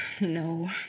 No